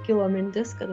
kilo mintis kad